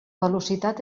velocitat